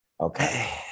okay